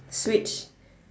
switch